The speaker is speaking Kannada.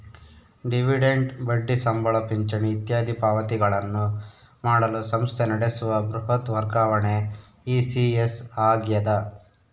ಡಿವಿಡೆಂಟ್ ಬಡ್ಡಿ ಸಂಬಳ ಪಿಂಚಣಿ ಇತ್ಯಾದಿ ಪಾವತಿಗಳನ್ನು ಮಾಡಲು ಸಂಸ್ಥೆ ನಡೆಸುವ ಬೃಹತ್ ವರ್ಗಾವಣೆ ಇ.ಸಿ.ಎಸ್ ಆಗ್ಯದ